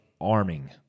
arming